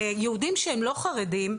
יהודים שהם לא חרדים,